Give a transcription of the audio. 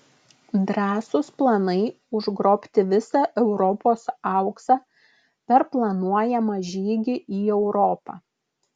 drąsūs planai užgrobti visą europos auksą per planuojamą žygį į europą